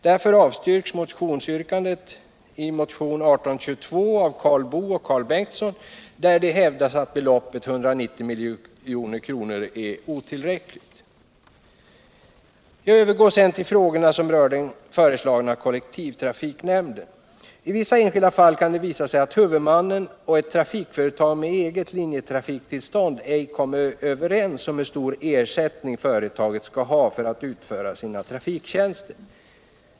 Därför avstyrks yrkandet i motionen 1822 av Karl Boo och Karl Bengtsson, där det hävdas att beloppet 190 milj.kr. är otillräckligt. Jag övergår sedan till frågorna som rör den föreslagna kollektivtrafiknämnden. I vissa enskilda fall kan det visa sig att huvudmannen och ett trafikföretag med eget linjetrafiktillstånd ej kommer överens om hur stor ersättning företaget skall ha för att utföra sina trafiktjänster.